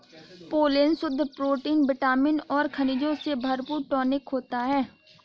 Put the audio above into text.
pollen शुद्ध protein vitamin और खनिजों से भरपूर टॉनिक होता है